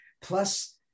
plus